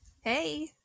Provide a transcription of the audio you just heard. Hey